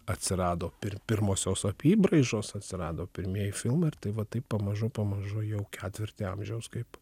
atsirado pir pirmosios apybraižos atsirado pirmieji filmai ir tai va taip pamažu pamažu jau ketvirtį amžiaus kaip